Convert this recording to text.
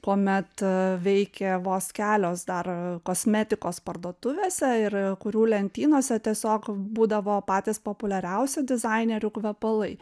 kuomet ee veikė vos kelios dar kosmetikos parduotuvėse ir kurių lentynose tiesiog būdavo patys populiariausių dizainerių kvepalai